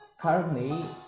currently